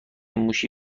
موشی